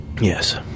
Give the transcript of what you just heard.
Yes